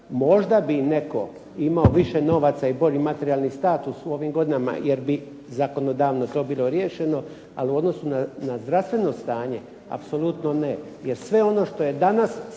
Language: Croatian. Možda bi netko imao više novaca i bolji materijalni status u ovim godinama, jer bi zakonodavno to bilo riješeno, ali u odnosu na zdravstveno stanje apsolutno ne. Jer sve ono što se danas